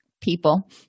people